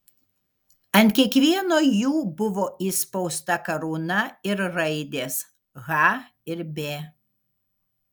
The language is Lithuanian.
ant kiekvieno jų buvo įspausta karūna ir raidės h ir b